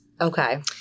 Okay